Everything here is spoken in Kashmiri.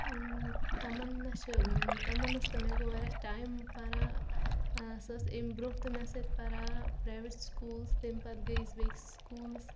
تَمَنا چھِ تَمَناہَس تہٕ مےٚ گوٚو واریاہ ٹایم پَران سۄ ٲس اَمہِ برٛونٛہہ تہٕ مےٚ سۭتۍ پَران پرٛایویٹ سکولَس تَمہِ پَتہٕ گٔے أسۍ بیٚکِس سکوٗلَس